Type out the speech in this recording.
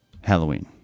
Halloween